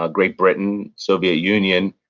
ah great britain, soviet union,